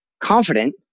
confident